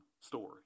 story